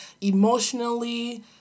emotionally